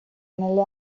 nelle